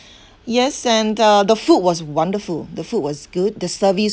yes and uh the food was wonderful the food was good the service